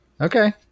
Okay